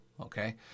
Okay